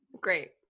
great